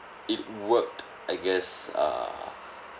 it worked I guess err